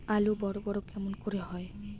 আলু বড় বড় কেমন করে হয়?